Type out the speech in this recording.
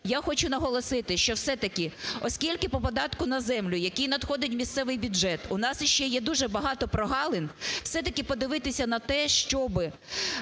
Я хочу наголосити, що все-таки, оскільки по податку на землю, який надходить в місцевий бюджет, у нас ще є дуже багато прогалин, все-таки подивитися на те, щоби